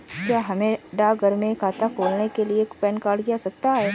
क्या हमें डाकघर में खाता खोलने के लिए पैन कार्ड की आवश्यकता है?